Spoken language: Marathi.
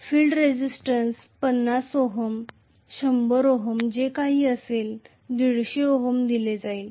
फील्ड रेझिस्टन्स 50 ओहम 100 ओहम जे काही असेल ते 150 ओहम दिले जाईल